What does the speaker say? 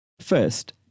First